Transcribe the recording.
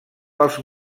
pels